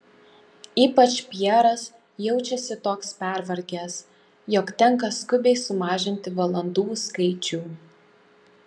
ypač pjeras jaučiasi toks pervargęs jog tenka skubiai sumažinti valandų skaičių